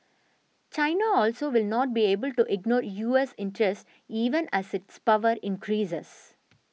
China also will not be able to ignore U S interests even as its power increases